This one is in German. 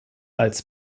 als